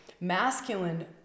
masculine